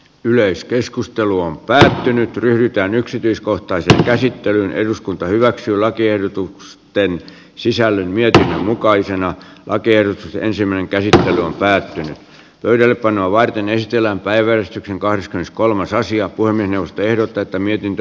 yleiskeskustelu on päättynyt yhtään yksityiskohtaiseen käsittelyyn eduskunta hyväksyy lakiehdotukset eivät sisälly viedä mukaisena lakers ensimmäinen kerta on päättynyt pöydällepanoa varten yhtiöllään päivän kahdeskymmeneskolmas asia kuin miinus tehdä tätä mihinkä